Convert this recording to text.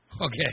Okay